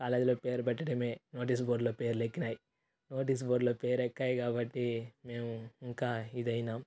కాలేజిలో పేరు పెట్టడమే నోటిస్ బోర్డ్లో పేర్లు ఎక్కినాయి నోటిస్ బోర్డ్లో పేర్లు ఎక్కినాయి కాబట్టి మేము ఇంకా ఇదయినాం